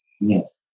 Yes